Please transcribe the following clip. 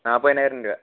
നാൽപ്പതിനായിരം രൂപ